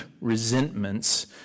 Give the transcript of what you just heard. resentments